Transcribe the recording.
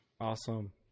Awesome